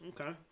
Okay